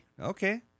Okay